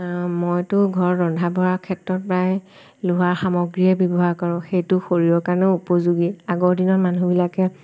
মইতো ঘৰত ৰন্ধা বঢ়াৰ ক্ষেত্ৰত প্ৰায় লোহাৰ সামগ্ৰীয়ে ব্যৱহাৰ কৰোঁ সেইটো শৰীৰৰ কাৰণেও উপযোগী আগৰ দিনত মানুহবিলাকে